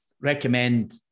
recommend